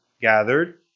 gathered